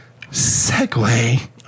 segue